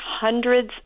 hundreds